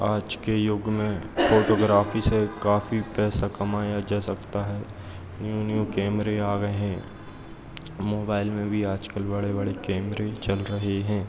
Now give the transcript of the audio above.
आज के युग में फोटोग्राफी से काफी पैसा कमाया जा सकता है न्यू न्यू कैमरे आ गए हैं मोबाइल में भी आजकल बड़े बड़े कैमरे चल रहे हैं